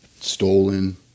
stolen